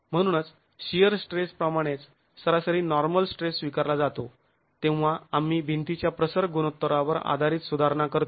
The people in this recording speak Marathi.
म्हणूनच शिअर स्ट्रेस प्रमाणेच सरासरी नॉर्मल स्ट्रेस स्वीकारला जातो तेव्हा आम्ही भिंतीच्या प्रसर गुणोत्तरावर आधारित सुधारणा करतो